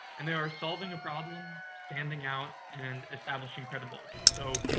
and they are solving a problem, standing out and establishing credibility. so,